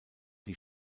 die